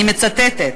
אני מצטטת: